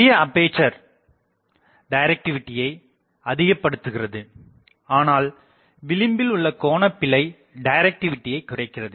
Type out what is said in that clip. பெரிய அப்பேசர் டிரக்டிவிட்டியை அதிகப்படுத்துகிறது ஆனால் விளிம்பில் உள்ள கோணபிழை டிரக்டிவிட்டியை குறைக்கிறது